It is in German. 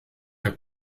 der